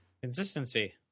Consistency